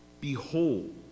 Behold